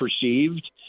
perceived